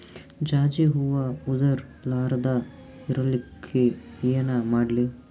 ಜಾಜಿ ಹೂವ ಉದರ್ ಲಾರದ ಇರಲಿಕ್ಕಿ ಏನ ಮಾಡ್ಲಿ?